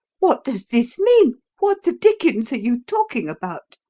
what does this mean? what the dickens are you talking about?